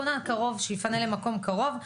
כונן קרוב שיפנה למקום קרוב,